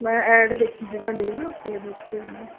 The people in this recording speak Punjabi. ਮੈਂ ਐੱਡ ਦੇਖੀ ਸੀ ਤੁਹਾਡੀ ਹੈ ਨਾ ਫੇਸਬੁੱਕ 'ਤੇ ਜਿੱਦਾਂ